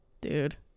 dude